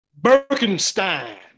Birkenstein